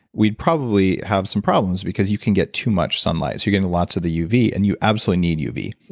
we'd probably have some problems because you can get too much sunlight. you're getting lots of the uv and you absolutely need uv.